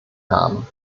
haben